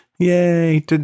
yay